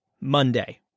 Monday